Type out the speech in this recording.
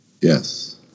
Yes